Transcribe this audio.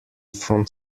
from